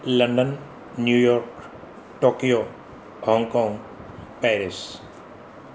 London New York Tokyo Hong Kong Paris